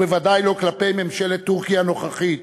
ובוודאי לא כלפי ממשלת טורקיה הנוכחית.